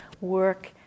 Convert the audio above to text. work